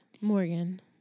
Morgan